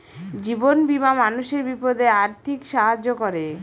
জীবন বীমা মানুষের বিপদে আর্থিক সাহায্য করে